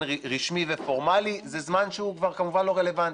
רשמי ופורמלי זה זמן שהוא כבר כמובן לא רלוונטי.